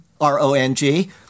R-O-N-G